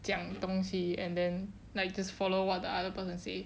讲东西 and then like you just follow what the other person say